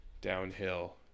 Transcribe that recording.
downhill